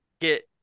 get